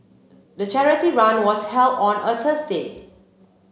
the charity run was held on a Tuesday